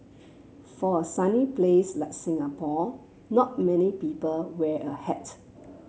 for a sunny place like Singapore not many people wear a hat